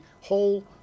whole